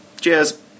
Cheers